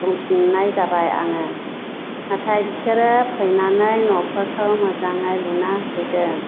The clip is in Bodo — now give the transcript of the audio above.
बुंफिन्नाय जाबाय आङो नाथाइ बिसोरो फैनानै न'फोरखौ मोजाङै लुना होफैदों